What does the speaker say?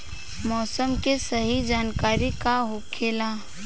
मौसम के सही जानकारी का होखेला?